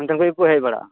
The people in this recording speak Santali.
ᱚᱱᱛᱮᱱ ᱠᱚᱜᱮᱠᱚ ᱦᱮᱡ ᱵᱟᱲᱟᱜ ᱼᱟ